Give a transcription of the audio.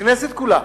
הכנסת כולה